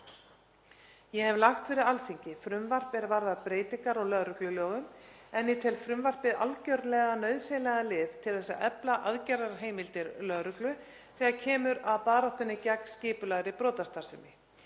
Ég hef lagt fyrir Alþingi frumvarp er varðar breytingar á lögreglulögum en ég tel frumvarpið algjörlega nauðsynlegan lið til að efla aðgerðaheimildir lögreglu þegar kemur að baráttunni gegn skipulagðri brotastarfsemi.